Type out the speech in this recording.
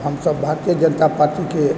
हमसभ भारतीय जनता पार्टीकें